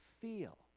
feel